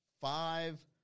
five